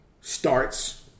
starts